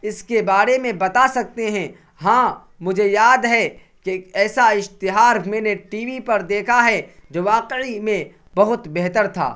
اس کے بارے میں بتا سکتے ہیں ہاں مجھے یاد ہے کہ ایسا اشتہار میں نے ٹی وی پر دیکھا ہے جو واقعی میں بہت بہتر تھا